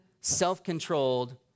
self-controlled